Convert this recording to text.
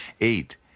Eight